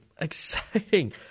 exciting